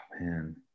Man